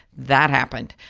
that happened.